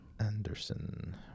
Anderson